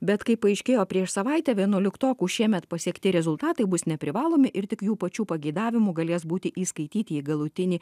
bet kaip paaiškėjo prieš savaitę vienuoliktokų šiemet pasiekti rezultatai bus neprivalomi ir tik jų pačių pageidavimu galės būti įskaityti į galutinį